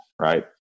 right